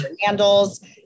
Handles